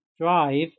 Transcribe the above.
Drive